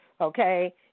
okay